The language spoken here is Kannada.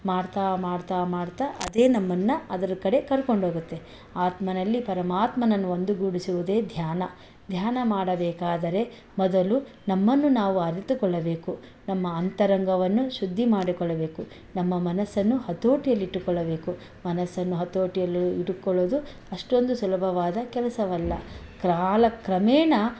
ಮಾಡ್ತಾ ಮಾಡ್ತಾ ಮಾಡ್ತಾ ಅದೇ ನಮ್ಮನ್ನು ಅದರ ಕಡೆ ಕರ್ಕೊಂಡೋಗುತ್ತೆ ಆತ್ಮನಲ್ಲಿ ಪರಮಾತ್ಮನನ್ನು ಒಂದು ಗೂಡಿಸುವುದೇ ಧ್ಯಾನ ಧ್ಯಾನ ಮಾಡಬೇಕಾದರೆ ಮೊದಲು ನಮ್ಮನ್ನು ನಾವು ಅರಿತುಕೊಳ್ಳಬೇಕು ನಮ್ಮ ಅಂತರಂಗವನ್ನು ಶುದ್ಧಿ ಮಾಡಿಕೊಳ್ಳಬೇಕು ನಮ್ಮ ಮನಸ್ಸನ್ನು ಹತೋಟಿಯಲ್ಲಿಟ್ಟುಕೊಳ್ಳಬೇಕು ಮನಸ್ಸನ್ನು ಹತೋಟಿಯಲ್ಲಿ ಇಟ್ಕೊಳ್ಳೋದು ಅಷ್ಟೊಂದು ಸುಲಭವಾದ ಕೆಲಸವಲ್ಲ ಕಾಲಕ್ರಮೇಣ